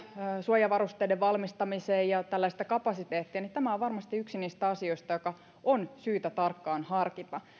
suojavarusteiden valmistamiseen ja tällaista kapasiteettia niin tämä on varmasti yksi niistä asioista joita on syytä tarkkaan harkita